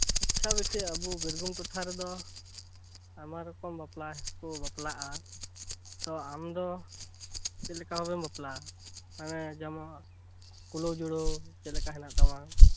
ᱟᱪᱪᱷᱟ ᱵᱤᱴᱤ ᱟᱵᱚ ᱵᱤᱨᱵᱷᱩᱢ ᱴᱚᱴᱷᱟ ᱨᱮᱫᱚ ᱟᱭᱢᱟ ᱨᱚᱠᱚᱢ ᱵᱟᱯᱞᱟ ᱠᱚ ᱵᱟᱯᱞᱟᱜᱼᱟ ᱛᱚ ᱟᱢ ᱫᱚ ᱪᱮᱫ ᱞᱮᱠᱟ ᱵᱷᱟᱵᱮᱢ ᱵᱟᱯᱞᱟᱜᱼᱟ ᱢᱟᱱᱮ ᱡᱮᱢᱚᱱ ᱠᱩᱞᱟᱹᱣ ᱡᱩᱲᱟᱹᱣ ᱪᱮᱫ ᱞᱮᱠᱟ ᱦᱮᱱᱟᱜ ᱛᱟᱢᱟ